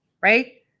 right